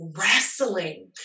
wrestling